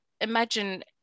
imagine